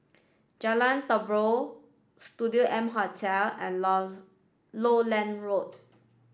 Jalan Terubok Studio M Hotel and Lowland Road